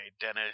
Dennis